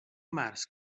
març